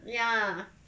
ya